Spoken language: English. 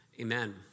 Amen